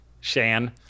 Shan